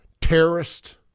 terrorist